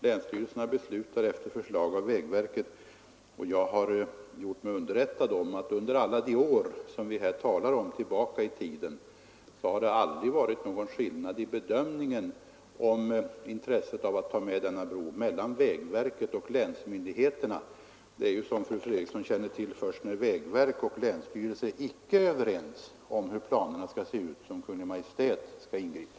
Länsstyrelserna beslutar efter förslag av vägverket, och jag har gjort mig underrättad om att under alla de år tillbaka i tiden som vi här talar om har det aldrig varit någon skillnad i bedömningen mellan vägverket och länsmyndigheterna när det gäller intresset av att ta med denna bro. Det är ju, som fru Fredrikson känner till, först när vägverk och länsstyrelse icke är överens om hur planerna skall se ut som Kungl. Maj:t har att ingripa.